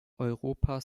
europa